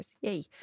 Yay